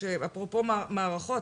אפרופו מערכות.